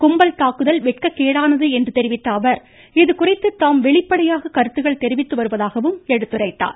கும்பல் தாக்குதல் வெட்கக்கேடானது என்று கூறிய அவர் இது குறித்து தாம் வெளிப்படையாக கருத்துக்கள் தெரிவித்து வருவதாகவும் எடுத்துரைத்தார்